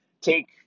take